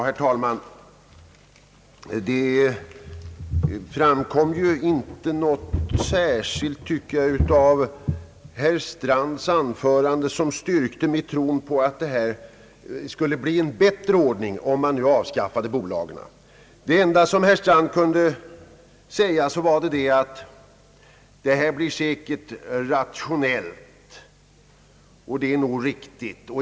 Herr talman! Det framkom inte något särskilt av herr förste vice talmannen Strands anförande, som styrkte mig i tron att det skulle bli en bättre ordning om man nu avskaffade bolagen. Det enda herr Strand kunde säga var att det här blir »säkert rationellt» och »nog riktigt».